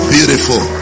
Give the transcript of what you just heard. Beautiful